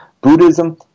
Buddhism